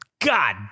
God